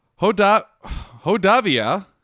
Hodavia